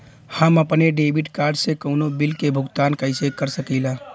हम अपने debit card से कउनो बिल के भुगतान कइसे कर सकीला?